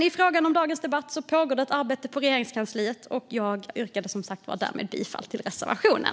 I fråga om dagens debatt pågår ett arbete på Regeringskansliet. Jag yrkar bifall till reservationen.